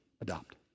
adopt